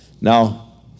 Now